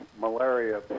malaria